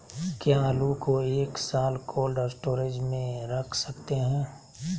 क्या आलू को एक साल कोल्ड स्टोरेज में रख सकते हैं?